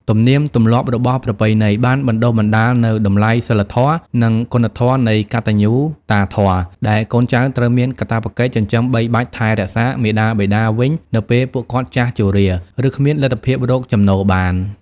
ទំនៀមទម្លាប់របស់ប្រពៃណីបានបណ្ដុះបណ្ដាលនូវ តម្លៃសីលធម៌ និងគុណធម៌នៃកតញ្ញូតាធម៌ ដែលកូនចៅត្រូវមានកាតព្វកិច្ចចិញ្ចឹមបីបាច់ថែរក្សាមាតាបិតាវិញនៅពេលពួកគាត់ចាស់ជរា ឬគ្មានលទ្ធភាពរកចំណូលបាន។